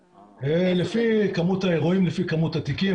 לפי כמות האירועים ולפי כמות התיקים,